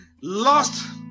lost